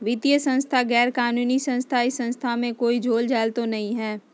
वित्तीय संस्था गैर कानूनी संस्था है इस संस्था में कोई झोलझाल तो नहीं है?